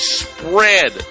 spread